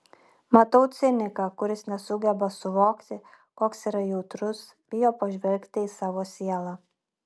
matau ciniką kuris nesugeba suvokti koks yra jautrus bijo pažvelgti į savo sielą